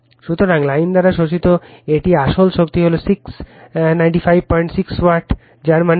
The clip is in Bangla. সুতরাং লাইন দ্বারা শোষিত এই আসল শক্তি হল 6956 ওয়াট যার মানে এটি